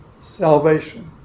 salvation